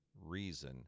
reason